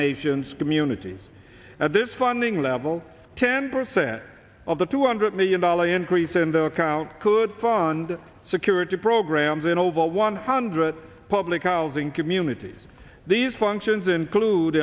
nation's communities at this funding level ten percent of the two hundred million dollars increase in the account could fund security programs in over one hundred public housing communities these functions include